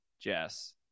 jess